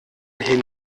hin